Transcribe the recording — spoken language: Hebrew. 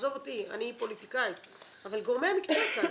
עזוב אותי, אני פוליטיקאית, אבל גורמי המקצוע כאן,